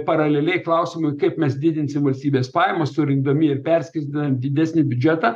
paraleliai klausimui kaip mes didinsim valstybės pajamas surinkdami ir perskirstydami didesnį biudžetą